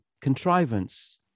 contrivance